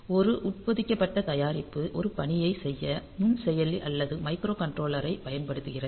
ஒரு உட்பொதிக்கப்பட்ட தயாரிப்பு ஒரு பணியைச் செய்ய நுண்செயலி அல்லது மைக்ரோகண்ட்ரோலரைப் பயன்படுத்துகிறது